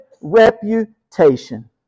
reputation